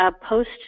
post